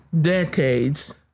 decades